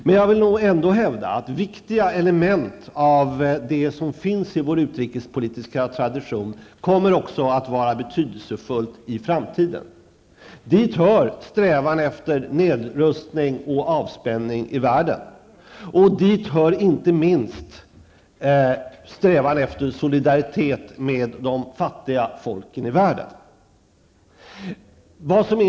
Men jag vill ändå hävda att viktiga element av det som finns i vår utrikespolitiska tradition kommer att vara betydelsefulla också i framtiden. Dit hör strävan efter nedrustning och avspänning i världen och inte minst strävan efter solidaritet med de fattiga folken i världen.